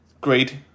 great